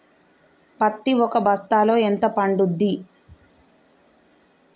పత్తి ఒక బస్తాలో ఎంత పడ్తుంది?